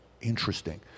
Interesting